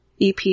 EP